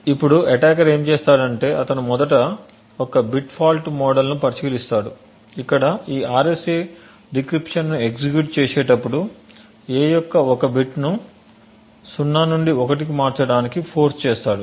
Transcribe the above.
ఇప్పుడు అటాకర్ ఏమి చేస్తాడంటే అతను మొదట ఒక బిట్ ఫాల్ట్ మోడల్ను పరిశీలిస్తాడు ఇక్కడ ఈ RSA డిక్రిప్షన్ ను ఎగ్జిక్యూట్ చేసేటప్పుడు a యొక్క ఒక బిట్ను 0 నుండి 1 కు మార్చడానికి ఫోర్స్ చేస్తాడు